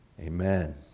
Amen